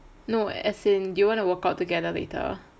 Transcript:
no as in do you want to workout together later